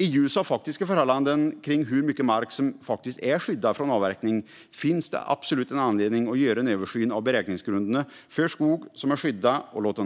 I ljuset av faktiska förhållanden om hur mycket mark som är skyddad från avverkning finns det absolut anledning att göra en översyn av beräkningsgrunderna för skog som är skyddad och låta